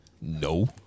No